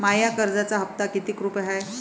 माया कर्जाचा हप्ता कितीक रुपये हाय?